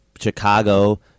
Chicago